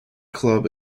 club